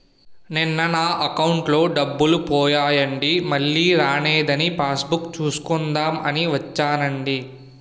నిన్న నా అకౌంటులో డబ్బులు పోయాయండి మల్లీ రానేదని పాస్ బుక్ సూసుకుందాం అని వచ్చేనండి